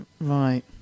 Right